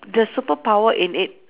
their superpower in it